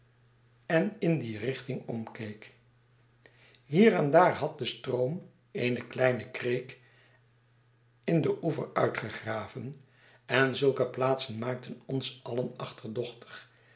en in die rich ting omkeek hier en daar had de stroom eene kleine kreek in den oever uitgegraven en zulke plaatsen maakten ons alien achterdochtig